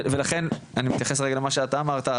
ולכן אני מתייחס רגע למה שאתה אמרת,